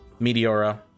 Meteora